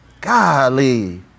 Golly